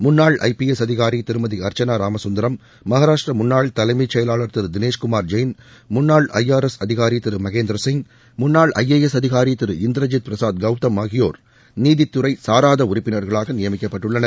முன்ளாள் I P S அதிகாரி திருமதி அர்சணா ராமசுந்தரம் மகாராஷ்டிரா முன்னாள் தலைமை செயவாளர் திரு தினேஷ் குமார் ஜெயின் முன்னாள் ஐ ஆர் எஸ் அதிகாரி திரு மகேந்தர்சிங் முன்னாள் ஐ ஏ எஸ் அதிகாரி திரு இந்திரஜித் பிரசாத் கவுதம் ஆகியோர் நீதித்துறையைச் சாராத உறுப்பினர்களாக நியமிக்கப்பட்டுள்ளனர்